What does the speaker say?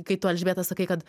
kai tu elžbieta sakai kad